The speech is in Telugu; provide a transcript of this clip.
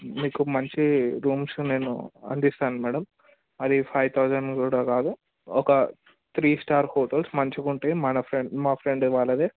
మీకు మంచి రూమ్స్ నేను అందిస్తాను మ్యాడమ్ మరి ఫైవ్ థౌసండ్ కూడా కాదు ఒక త్రీ స్టార్ హోటల్స్ మంచిగా ఉంటాయి మన ఫ్రెండ్ మా ఫ్రెండ్ వాళ్ళది